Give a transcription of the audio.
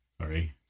Sorry